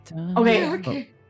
Okay